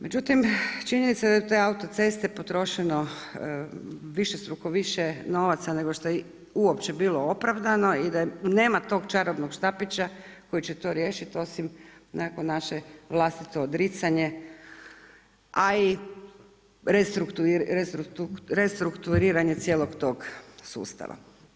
Međutim činjenica je da je u te autoceste potrošeno više struko više novaca nego što je uopće bilo opravdano i da nema tog čarobnog štapića koji će to riješiti osim nekako naše vlastito odricanje, a i restrukturiranje cijelog tog sustava.